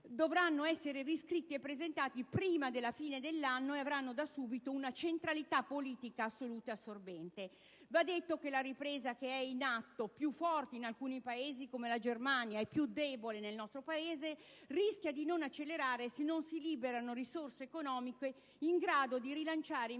dovranno essere scritti e presentati prima della fine dell'anno e avranno da subito una centralità politica assoluta e assorbente. Va detto che la ripresa che è in atto, più forte in alcuni Paesi come la Germania e più debole in Italia, rischia di non accelerare se non si liberano risorse economiche in grado di rilanciare investimenti